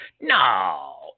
No